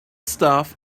stuff